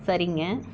சரிங்க